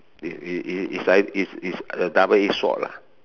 it it it it's either it's it's it's a double edged sword lah